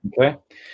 okay